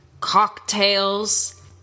cocktails